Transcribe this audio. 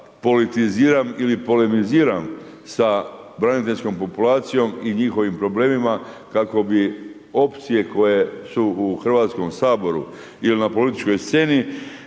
politiziram ili polemiziram sa braniteljskom populacijom i njihovim problemima, kako bi opcije koje su u Hrvatskom saboru ili na političkoj sceni